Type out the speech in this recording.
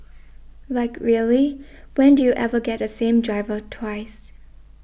like really when do you ever get the same driver twice